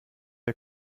der